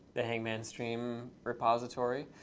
the hangman stream repository.